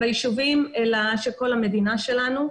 אלא של כל המדינה שלנו.